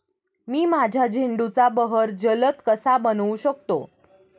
मी माझ्या झेंडूचा बहर जलद कसा बनवू शकतो?